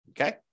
Okay